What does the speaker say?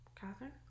Catherine